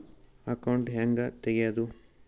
Account ಹ್ಯಾಂಗ ತೆಗ್ಯಾದು?